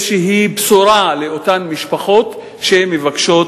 איזו בשורה לאותן משפחות שמבקשות